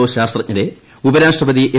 O ശാസ്ത്രജ്ഞരെ ഉപരാഷ്ട്രപതി M